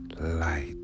light